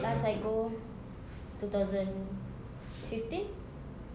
last I go two thousand fifteen